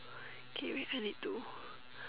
okay wait I need to